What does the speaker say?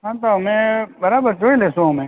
હાં પણ અમે બરાબર જોઈ લઈશું અમે